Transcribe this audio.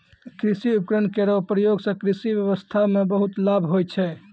कृषि उपकरण केरो प्रयोग सें कृषि ब्यबस्था म बहुत लाभ होय छै